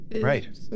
Right